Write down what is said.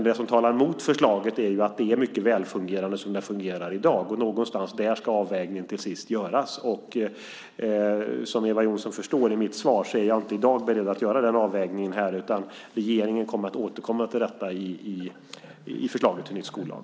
Det som talar emot förslaget är att verksamheten är mycket väl fungerande som den fungerar i dag. Någonstans där ska avvägningen till sist göras. Som Eva Johnsson förstår av mitt svar är jag inte i dag beredd att göra den avvägningen, utan regeringen återkommer till detta i förslaget till ny skollag.